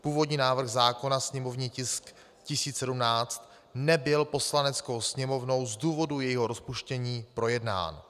Původní návrh zákona, sněmovní tisk 1017, nebyl Poslaneckou sněmovnou z důvodu jejího rozpuštění projednán.